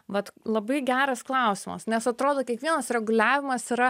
vat labai geras klausimas nes atrodo kiekvienas reguliavimas yra